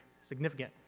significant